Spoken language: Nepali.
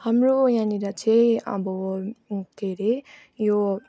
हाम्रो यहाँनिर चाहिँ अब के हरे यो